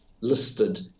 listed